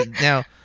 Now